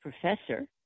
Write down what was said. professor